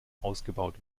ausgebaut